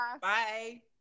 Bye